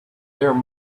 there